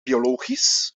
biologisch